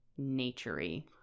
naturey